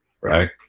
Right